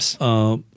Yes